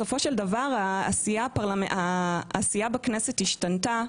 בסופו של דבר העשייה בכנסת השתנתה.